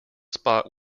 spot